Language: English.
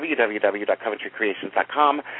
www.coventrycreations.com